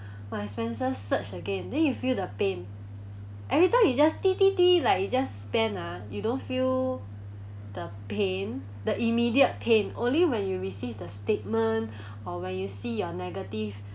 my expenses surged again then you feel the pain every time you just di di di like you just spend ah you don't feel the pain the immediate pain only when you receive the statement or when you see your negative